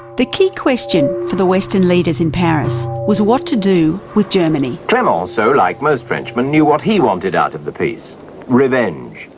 the key question for the western leaders in paris was what to do with germany. clemenceau, like most frenchmen, knew what he wanted out of the peace revenge,